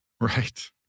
Right